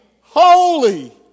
holy